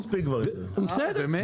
בסדר,